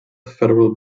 federal